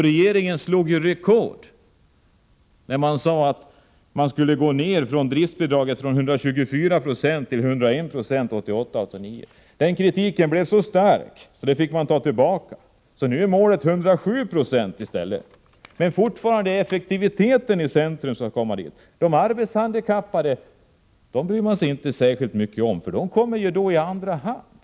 Regeringen slog rekord när man ville minska driftsbidraget från 124 2 till 101 20 1988/89. Kritiken blev så stark att man fick dra tillbaka det förslaget. Nu är målet 107 ei stället — men fortfarande står effektiviteten i centrum. De arbetshandikappade bryr man sig inte särskilt mycket om. De kommer i andra hand.